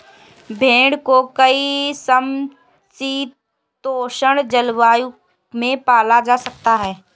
भेड़ को कई समशीतोष्ण जलवायु में पाला जा सकता है